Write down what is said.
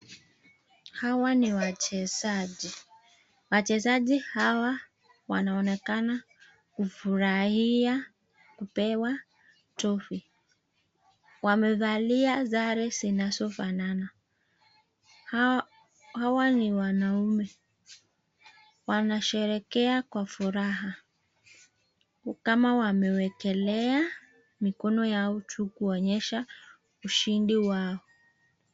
Hawa ni wachezaji. Wachezaji hawa wanaonekana kufurahia kupewa trophy . Wamevalia sare zinazofanana. Hawa ni wanaume. Wanasherekea kwa furaha. Kama wamewekelea mikono yao juu kuonyesha ushindi wao.